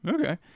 Okay